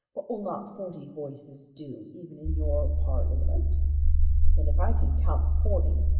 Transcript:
what will not forty voices do even in your parliament? and if i can count forty,